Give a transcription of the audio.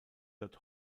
dort